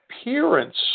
appearance